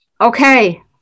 Okay